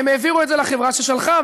הם העבירו את זה לחברה ששלחה,